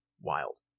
Wild